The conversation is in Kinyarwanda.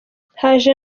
haje